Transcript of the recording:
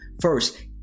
First